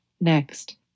Next